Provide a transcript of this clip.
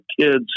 kids